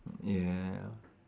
yeah